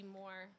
more